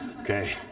Okay